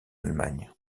allemagne